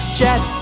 jet